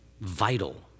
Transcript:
vital